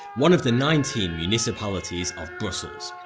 one of the nineteen municipalities of brussels.